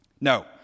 No